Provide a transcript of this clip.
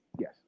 yes